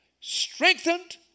strengthened